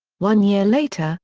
one year later,